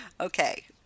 Okay